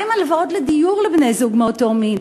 מה עם הלוואות לדיור לבני-זוג מאותו מין?